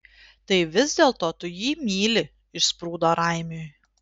tai vis dėlto tu jį myli išsprūdo raimiui